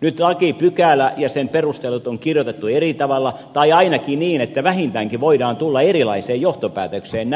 nyt lakipykälä ja sen perustelut on kirjoitettu eri tavalla tai ainakin niin että vähintäänkin voidaan tulla erilaiseen johtopäätökseen